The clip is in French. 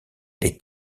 les